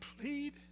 plead